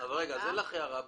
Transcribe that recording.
אז בעצם אין לך הערה.